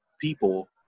people